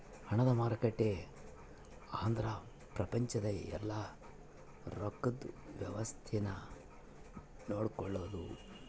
ಹಣದ ಮಾರುಕಟ್ಟೆ ಅಂದ್ರ ಪ್ರಪಂಚದ ಯೆಲ್ಲ ರೊಕ್ಕದ್ ವ್ಯವಸ್ತೆ ನ ನೋಡ್ಕೊಳೋದು